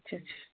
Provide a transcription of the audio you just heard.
अच्छा अच्छा